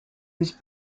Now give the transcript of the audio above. was